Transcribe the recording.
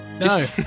No